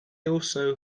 also